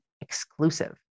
Exclusive